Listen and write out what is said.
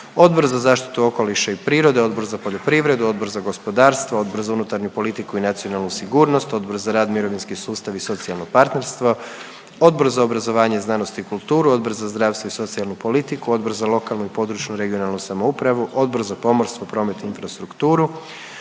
Odbor za zaštitu okoliša i prirode, Odbor za poljoprivredu, Odbor za gospodarstvo, Odbor za unutarnju politiku i nacionalnu sigurnost, Odbor za rad, mirovinski sustav i socijalno partnerstvo, Odbor za obrazovanje, znanost i kulturu, Odbor za zdravstvo i socijalnu politiku, Odbor za lokalnu i područnu (regionalnu) samoupravu, Odbor za pomorstvo, promet i infrastrukturu,